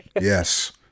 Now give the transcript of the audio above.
Yes